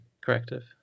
corrective